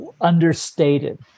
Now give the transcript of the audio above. understated